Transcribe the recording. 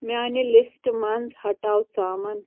میٛانِہ لسٹہٕ منٛز ہٹاو ژامَن